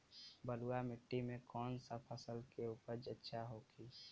बलुआ मिट्टी में कौन सा फसल के उपज अच्छा होखी?